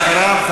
ואחריו,